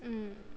mm